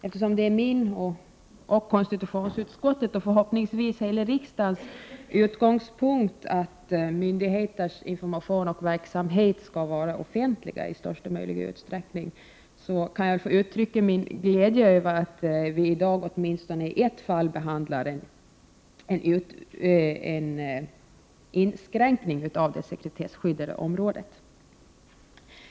Eftersom det är min och konstitutionsutskottets, och förhoppningsvis hela riksdagens, utgångspunkt att myndigheternas information och verksamhet skall vara offentliga i största möjliga utsträckning, kan jag uttrycka min glädje över att vi i dag åtminstone i ett fall behandlar en inskränkning av det sekretesskyddade området.